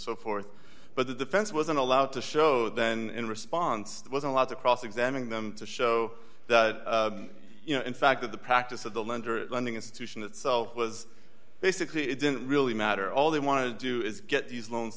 so forth but the defense wasn't allowed to show then in response there was a lot to cross examine them to show that you know in fact that the practice of the lender lending institution itself was basically it didn't really matter all they want to do is get these loans